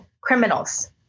criminals